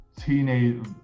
teenage